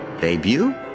Debut